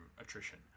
attrition